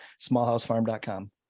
smallhousefarm.com